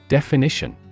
Definition